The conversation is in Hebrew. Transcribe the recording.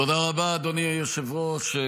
תודה רבה, אדוני היושב-ראש.